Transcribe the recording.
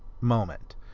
moment